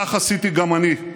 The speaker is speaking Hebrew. כך עשיתי גם אני: